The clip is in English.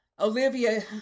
Olivia